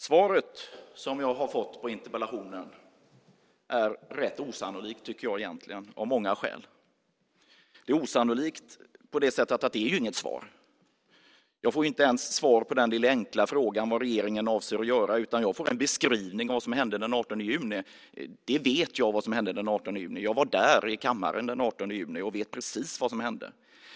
Svaret som jag har fått på interpellationen är egentligen rätt osannolikt av många skäl. Det är osannolikt på det sättet att det inte är något svar. Jag får inte ens svar på den lilla enkla frågan om vad regeringen avser att göra, utan jag får en beskrivning av vad som hände den 18 juni. Jag vet vad som hände den 18 juni. Jag var i kammaren den 18 juni och vet precis vad som hände.